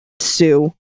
sue